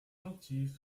gentil